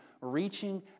reaching